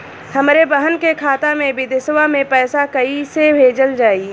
हमरे बहन के खाता मे विदेशवा मे पैसा कई से भेजल जाई?